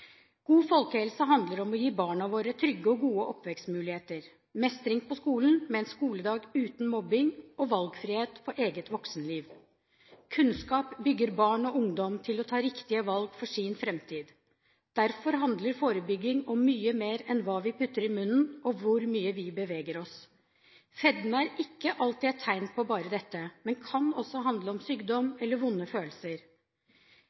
God folkehelse handler om å gi barna våre trygge og gode oppvekstmuligheter, mestring på skolen med en skoledag uten mobbing, og valgfrihet for eget voksenliv. Kunnskap bygger barn og ungdom til å ta riktige valg for sin framtid. Derfor handler forebygging om mye mer enn hva vi putter i munnen, og hvor mye vi beveger oss. Fedme er ikke alltid et tegn på bare dette, men kan også handle om